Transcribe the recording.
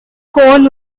cone